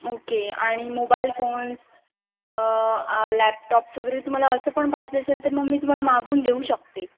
okay आणि mobile phones laptops वगैरे तुम्हाला असं पण पाहिजे असेल तर मग मी तुम्हाला मागवून देऊ शकते